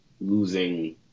losing